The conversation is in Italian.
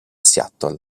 seattle